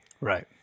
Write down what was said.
Right